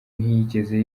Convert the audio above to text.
ntiyigeze